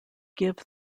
give